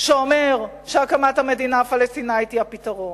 שאומר שהקמת המדינה הפלסטינית היא הפתרון.